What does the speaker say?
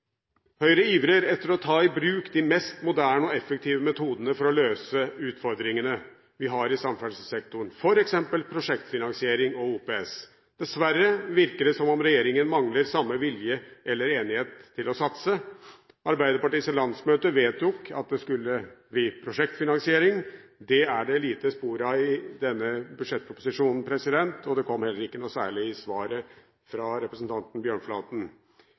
Høyre ivrer etter å ta i bruk de mest moderne og effektive metodene for å møte utfordringene vi har i samferdselssektoren, som f.eks. prosjektfinansiering og OPS. Dessverre virker det som om regjeringen mangler samme vilje eller enighet til å satse. Arbeiderpartiets landsmøte vedtok at det skulle bli prosjektfinansiering – det er det få spor av i denne budsjettproposisjonen, og det kom heller ikke noe særlig i svaret fra representanten Bjørnflaten.